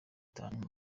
itanu